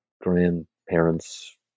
grandparents